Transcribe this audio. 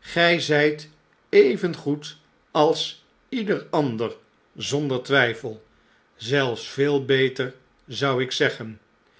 gry zijt even goed als ieder ander zonder twijfel zelfs veel beter zou ik zeggen